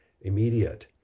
immediate